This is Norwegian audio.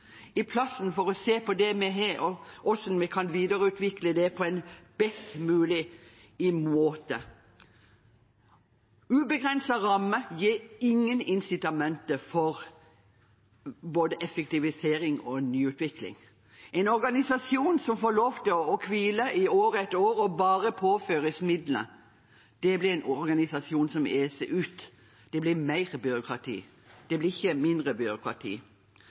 få mer, istedenfor å se på det vi har, og hvordan vi kan videreutvikle det på en best mulig måte. Ubegrensede rammer gir ingen insitamenter for verken effektivisering eller nyutvikling. En organisasjon som får lov til å hvile i år etter år og bare påføres midler, blir en organisasjon som eser ut. Det blir mer, ikke mindre, byråkrati.